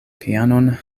pianon